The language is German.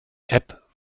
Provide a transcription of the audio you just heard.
app